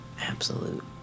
Absolute